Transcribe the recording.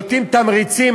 נותנים תמריצים,